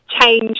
change